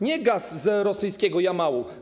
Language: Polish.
Nie gaz z rosyjskiego Jamału.